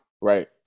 right